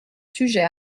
sujet